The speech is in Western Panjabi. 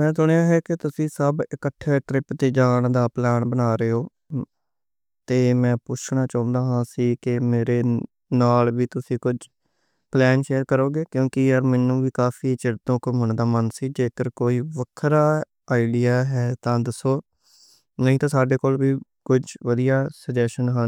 میں سنیا ہے کہ تسی سب اکٹھے ٹرپ تے جانا پلان بنا رہے ہو۔ تے میں پچھنا چاہن رہا سی کہ میرے نال وی تسی کجھ پلان شیئر کرو گے، کیونکہ مینوں وی کافی چڑھدے کرنے دا من سی، جے کر کوئی وکھرا آئیڈیا ہے تاں دسو؛ نہیں تاں ساڈے کول وی کجھ ودھیا سجیشن ہے۔